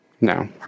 No